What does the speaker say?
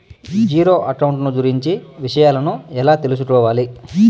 Zero account కు గురించి విషయాలను ఎలా తెలుసుకోవాలి?